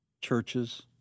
churches